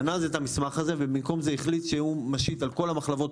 המשרד גנז את המסמך הזה ובמקום הזה החליט שהוא משית על כל המחלבות,